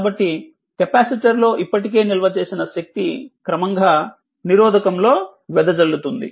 కాబట్టి కెపాసిటర్లో ఇప్పటికే నిల్వ చేసిన శక్తి క్రమంగా నిరోధకంలో వెదజల్లుతుంది